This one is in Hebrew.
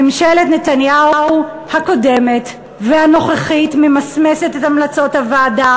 ממשלת נתניהו הקודמת והנוכחית ממסמסת את המלצות הוועדה,